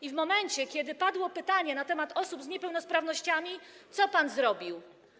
I w momencie kiedy padło pytanie na temat osób z niepełnosprawnościami, co pan zrobił?